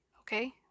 Okay